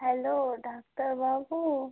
hello ডাক্তারবাবু